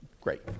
Great